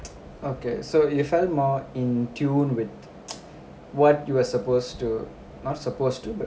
okay so you felt more in tune with what you were supposed to not supposed to but